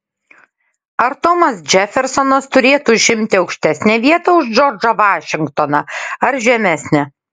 ar tomas džefersonas turėtų užimti aukštesnę vietą už džordžą vašingtoną ar žemesnę